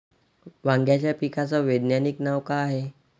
वांग्याच्या पिकाचं वैज्ञानिक नाव का हाये?